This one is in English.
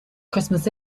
christmas